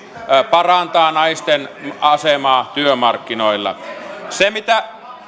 parantaa naisten asemaa työmarkkinoilla se mitä